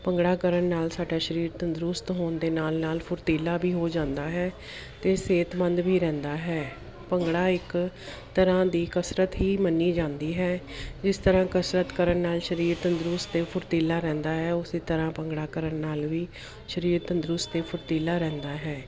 ਭੰਗੜਾ ਕਰਨ ਨਾਲ ਸਾਡਾ ਸਰੀਰ ਤੰਦਰੁਸਤ ਹੋਣ ਦੇ ਨਾਲ ਨਾਲ ਫੁਰਤੀਲਾ ਵੀ ਹੋ ਜਾਂਦਾ ਹੈ ਅਤੇ ਸਿਹਤਮੰਦ ਵੀ ਰਹਿੰਦਾ ਹੈ ਭੰਗੜਾ ਇੱਕ ਤਰ੍ਹਾਂ ਦੀ ਕਸਰਤ ਹੀ ਮੰਨੀ ਜਾਂਦੀ ਹੈ ਜਿਸ ਤਰ੍ਹਾਂ ਕਸਰਤ ਕਰਨ ਨਾਲ ਸਰੀਰ ਤੰਦਰੁਸਤ ਅਤੇ ਫੁਰਤੀਲਾ ਰਹਿੰਦਾ ਹੈ ਉਸ ਤਰ੍ਹਾਂ ਭੰਗੜਾ ਕਰਨ ਨਾਲ ਵੀ ਸਰੀਰ ਤੰਦਰੁਸਤ ਅਤੇ ਫੁਰਤੀਲਾ ਰਹਿੰਦਾ ਹੈ